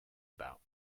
about